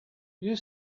you